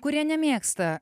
kurie nemėgsta